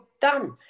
done